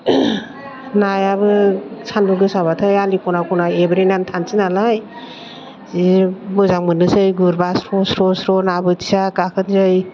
नायाबो सानदुं गोसाबाथाय आलि ख'ना ख'ना एब्रेनानै थासै नालाय जि मोजां मोन्नोसै गुरबा स्र' स्र' स्र' ना बोथिया गाखोसै